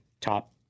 top